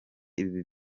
ibi